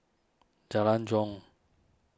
Jalan Jong